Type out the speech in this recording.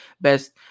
Best